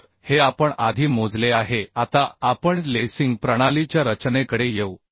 तर हे आपण आधी मोजले आहे आता आपण लेसिंग प्रणालीच्या रचनेकडे येऊ